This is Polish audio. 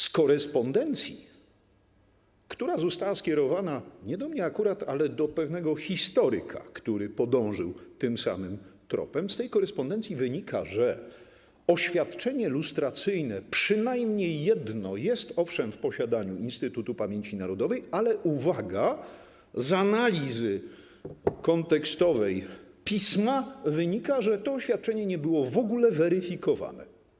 Z korespondencji, która została skierowana akurat nie do mnie, ale do pewnego historyka, który podążył tym samym tropem, wynika, że oświadczenie lustracyjne przynajmniej jedno jest, owszem, w posiadaniu Instytutu Pamięci Narodowej, ale - uwaga - z analizy kontekstowej pisma wynika, że to oświadczenie nie było w ogóle weryfikowane.